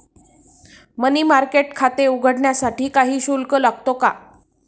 मनी market खाते उघडण्यासाठी काही शुल्क लागतो का?